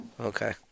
okay